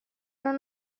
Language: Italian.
non